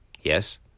yes